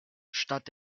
statt